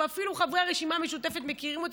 ואפילו חברי הרשימה המשותפת מכירים אותי,